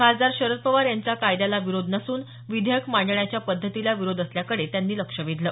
खासदार शरद पवार यांचा कायद्याला विरोध नसून विधेयक मांडण्याच्या पद्धतीला विरोध असल्याकडे त्यांनी लक्ष वेधलं